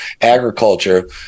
agriculture